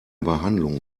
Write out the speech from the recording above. behandlung